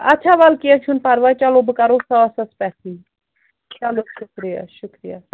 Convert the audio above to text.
اَچھا ول کیٚنٛہہ چھُنہٕ پرواے چلو بہٕ کَرو ساسَس پٮ۪ٹھٕے چلو شُکریہ شُکریہ